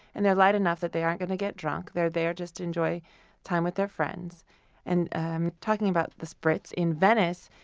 and they're light enough that they aren't going to get drunk they're there to just enjoy time with their friends and and talking about the spritz, in venice,